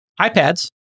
iPads